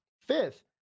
Fifth